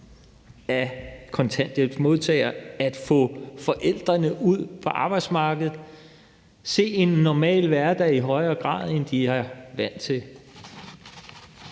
af kontanthjælpsmodtagere at få forældrene ud på arbejdsmarkedet og se en normal hverdag, i højere grad end de er vant til.